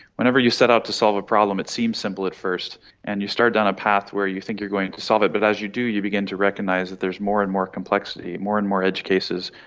whenever you set out to solve a problem it seems simple at first and you start down a path where you think you're going to solve it, but as you do you begin to recognise that there's more and more complexity, more and more edge cases,